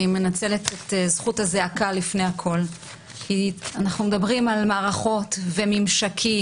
אני מנצלת את זכות הזעקה לפני הכל כי אנחנו מדברים על מערכות וממשקים,